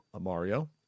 Mario